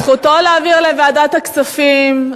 זכותו להעביר לוועדת הכספים.